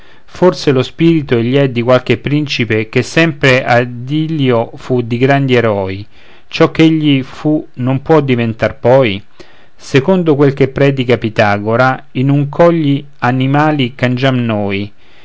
forse lo spirto egli è di qualche principe che seme ad ilio fu di grandi eroi ciò ch'egli fu non può diventar poi secondo quel che predica pitagora in un cogli animali cangiam noi